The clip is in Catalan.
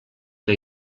que